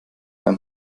beim